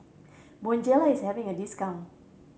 Bonjela is having a discount